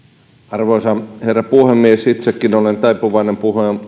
arvoisa herra puhemies itsekin olen taipuvainen